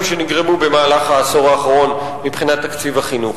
שנגרמו במהלך העשור האחרון מבחינת תקציב החינוך.